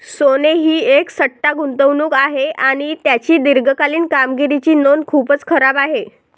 सोने ही एक सट्टा गुंतवणूक आहे आणि त्याची दीर्घकालीन कामगिरीची नोंद खूपच खराब आहे